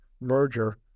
merger